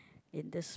in this